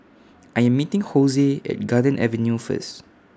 I'm meeting Josue At Garden Avenue First